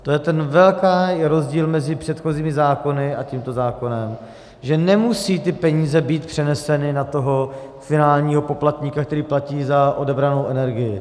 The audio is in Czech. To je ten velký rozdíl mezi předchozími zákony a tímto zákonem, že nemusí ty peníze být přeneseny na finálního poplatníka, který platí za odebranou energii.